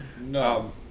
No